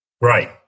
Right